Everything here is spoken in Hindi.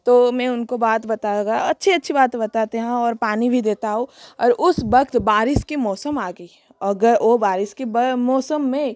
तो मैं उनको बात बता रहा अच्छी अच्छी बात बताते है और पानी भी देता हूँ और उस वक्त बरिश की मौसम आ गई है अगर ओ बरिश की मौसम में